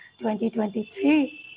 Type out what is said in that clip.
2023